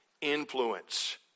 influence